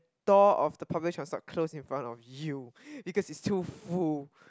door of the public transport close in front of you because it's too full